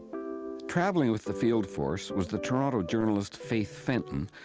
travelling with the field force was the toronto journalist faith fenton,